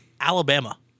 Alabama